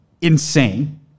insane